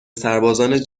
سربازان